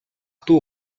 дүү